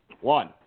One